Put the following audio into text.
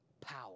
power